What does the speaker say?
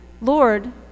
Lord